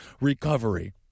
recovery